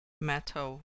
metal